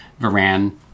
Varan